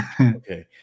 Okay